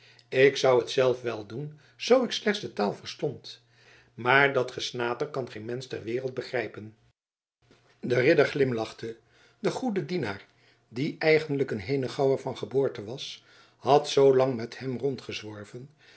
ik zou het zelf wel doen zoo ik slechts de taal verstond maar dat gesnater kan geen mensch ter wereld begrijpen de ridder glimlachte de goede dienaar die eigenlijk een henegouwer van geboorte was had zoolang met hem